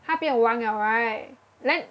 他变王了 right then